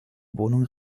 wohnung